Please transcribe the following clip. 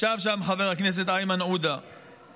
ישב שם חבר הכנסת איימן עודה בדיון,